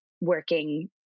working